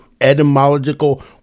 etymological